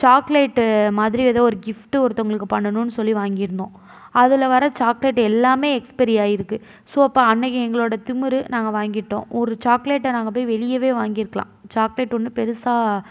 chocolate மாதிரி எதோ ஒரு கிஃப்ட்டு ஒருத்தங்களுக்கு பண்ணனுன் சொல்லி வாங்கியிருந்தோம் அதில் வர சாக்லேட் எல்லாமே எக்ஸ்பைரி ஆகிருக்கு ஸோ அப்போ அன்னிக்கி எங்களோடய திமிரு நாங்கள் வாங்கிட்டோம் ஒரு சாக்லேட்டை நாங்கள் போய் வெளியேவே வாங்கியிருக்குலாம் சாக்லேட் ஒன்றும் பெருசாக